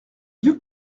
duc